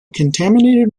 contaminated